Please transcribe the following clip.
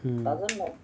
hmm